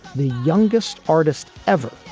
the youngest artist ever,